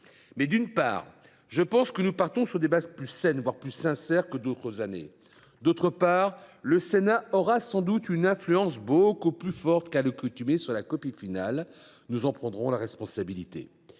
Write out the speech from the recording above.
D’une part, je pense que nous partons sur des bases plus claires, voire plus sincères, que les années précédentes. D’autre part, le Sénat aura sans doute une influence beaucoup plus forte qu’à l’accoutumée sur la copie finale. Nous en prendrons la responsabilité.